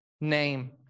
name